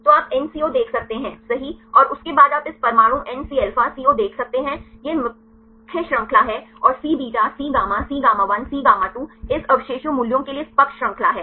तो आप एनसीओ देख सकते हैं सही और उसके बाद आप इस परमाणु N Cα CO देख सकते है यह मुख्य श्रृंखला हैं और Cβ Cγ Cγ1 Cγ2 इस अवशेषों मूल्य के लिए इस पक्ष श्रृंखला हैं